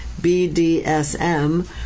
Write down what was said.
BDSM